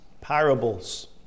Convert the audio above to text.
parables